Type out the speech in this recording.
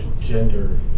Gender